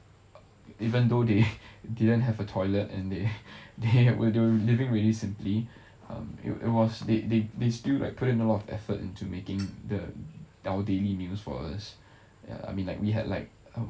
even though they didn't have a toilet and they they were they were living really simply um it was they they they still like put in a lot of effort into making the our daily meals for us ya I mean like we had like a